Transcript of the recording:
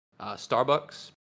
Starbucks